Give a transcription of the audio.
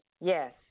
yes